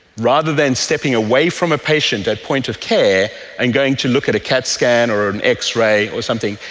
rather than stepping away from a patient at point of care and going to look at a cat scan or an x-ray or something,